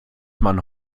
man